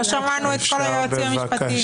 לא שמענו את כל היועצים המשפטיים.